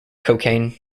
cocaine